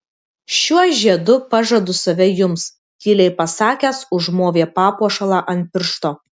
šiuo žiedu pažadu save jums tyliai pasakęs užmovė papuošalą ant piršto